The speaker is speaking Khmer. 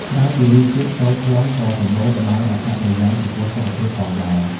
ក្រៅពីរសជាតិ ក្រូចថ្លុងក៏សម្បូរទៅដោយអត្ថប្រយោជន៍ចំពោះសុខភាពផងដែរ។